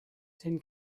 tin